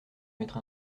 mettre